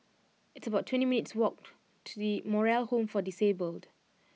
it's about twenty minutes' walk to The Moral Home for Disabled